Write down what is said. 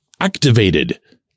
activated